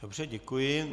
Dobře, děkuji.